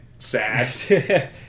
sad